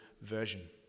Version